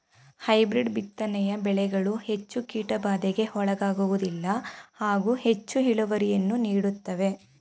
hybrid ಬಿತ್ತನೆಯ ಬೆಳೆಗಳು ಹೆಚ್ಚು ಕೀಟಬಾಧೆಗೆ ಒಳಗಾಗುವುದಿಲ್ಲ ಹಾಗೂ ಹೆಚ್ಚು ಇಳುವರಿಯನ್ನು ನೀಡುತ್ತವೆ